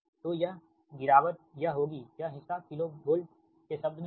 तो यह गिरावट यह होगी यह हिस्सा किलो वोल्ट के शब्द में होगा